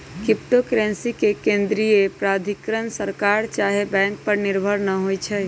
crypto currency के केंद्रीय प्राधिकरण सरकार चाहे बैंक पर निर्भर न होइ छइ